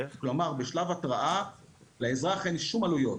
כלומר, בשלב התראה לאזרח אין שום עלויות.